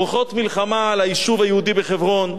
רוחות מלחמה על היישוב היהודי בחברון,